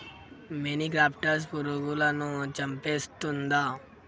మొనిక్రప్టస్ పురుగులను చంపేస్తుందా?